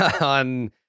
on